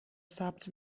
ثبت